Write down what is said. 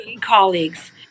colleagues